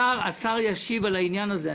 השר ישיב על העניין הזה.